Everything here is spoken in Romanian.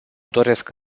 doresc